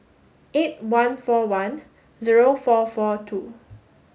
eight one four one zero four four two